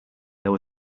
there